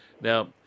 Now